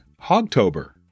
Hogtober